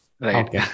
Right